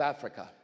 Africa